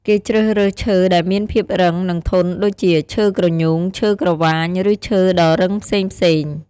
គេជ្រើសរើសឈើដែលមានភាពរឹង និងធន់ ដូចជា ឈើក្រញូង ឈើក្រវាញ ឬឈើដ៏រឹងផ្សេងៗ។